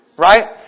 Right